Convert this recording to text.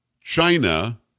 china